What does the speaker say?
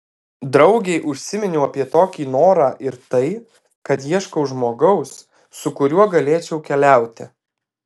draugei užsiminiau apie tokį norą ir tai kad ieškau žmogaus su kuriuo galėčiau keliauti